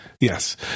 Yes